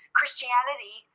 Christianity